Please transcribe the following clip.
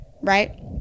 right